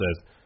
says